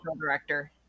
director